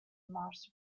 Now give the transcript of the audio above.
mars